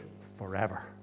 forever